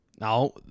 Now